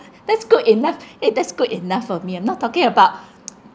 that's good enough eh that's good enough for me I'm not talking about